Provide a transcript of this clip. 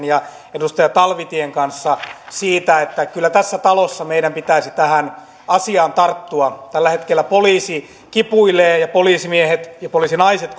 ja edustaja talvitien kanssa siitä että kyllä tässä talossa meidän pitäisi tähän asiaan tarttua tällä hetkellä poliisi kipuilee ja poliisimiehet ja poliisinaiset